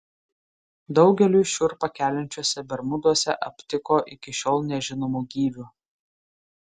daugeliui šiurpą keliančiuose bermuduose aptiko iki šiol nežinomų gyvių